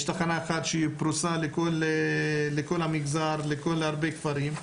יש תחנה אחת שהיא פרוסה לכל המגזר, להרבה כפרים,